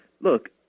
look